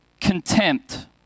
contempt